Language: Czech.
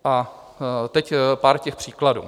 A teď pár těch příkladů.